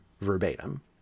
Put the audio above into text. verbatim